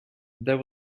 there